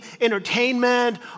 entertainment